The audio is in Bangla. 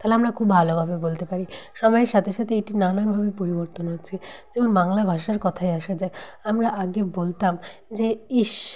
তালে আমরা খুব ভালোভাবে বলতে পারি সময়ের সাথে সাথে এটি নানানভাবে পরিবর্তন হচ্ছে যেমন বাংলা ভাষার কথায় আসা যাক আমরা আগে বলতাম যে ইস